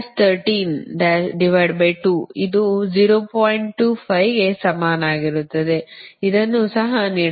25 ಕ್ಕೆ ಸಮಾನವಾಗಿರುತ್ತದೆ ಇದನ್ನು ಸಹ ನೀಡಲಾಗುತ್ತದೆ